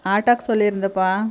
ஆட்டோவுக்கு சொல்லியிருந்தேன்ப்பா